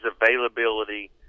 availability